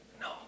No